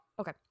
okay